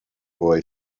boy